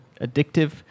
addictive